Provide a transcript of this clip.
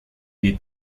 est